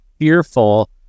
fearful